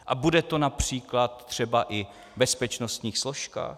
A bude to například třeba i v bezpečnostních složkách?